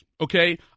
okay